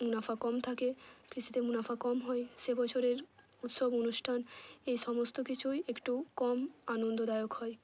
মুনাফা কম থাকে কৃষিতে মুনাফা কম হয় সে বছরের উৎসব অনুষ্ঠান এই সমস্ত কিছুই একটু কম আনন্দদায়ক হয়